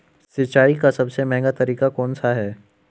सिंचाई का सबसे महंगा तरीका कौन सा है?